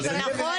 נחיה ונראה.